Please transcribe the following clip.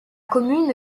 commune